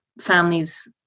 families